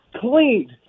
cleaned